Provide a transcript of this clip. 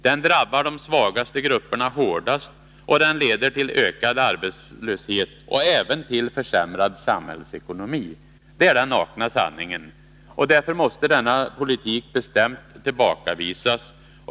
Den drabbar de svagaste grupperna hårdast och den leder till ökad arbetslöshet samt även till försämrad samhällsekonomi. Det är den nakna sanningen. Därför måste denna politik bestämt tillbakavisas.